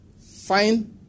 fine